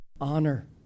honor